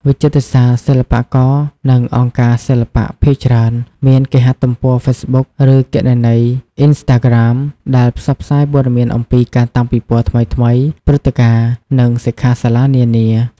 វិចិត្រសាល សិល្បករ និងអង្គការសិល្បៈភាគច្រើនមានគេហទំព័រហ្វេសប៊ុក ឬគណនីអុីស្តាក្រាម ដែលផ្សព្វផ្សាយព័ត៌មានអំពីការតាំងពិពណ៌ថ្មីៗ ព្រឹត្តិការណ៍ និងសិក្ខាសាលានានា។